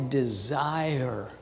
desire